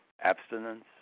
abstinence